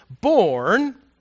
born